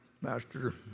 Master